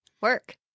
Work